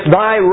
thy